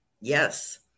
Yes